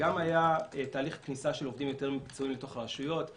היה גם תהליך כניסה של עובדים יותר מקצועיים לתוך הרשויות המקומיות,